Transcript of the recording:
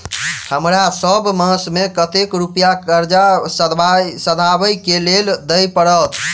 हमरा सब मास मे कतेक रुपया कर्जा सधाबई केँ लेल दइ पड़त?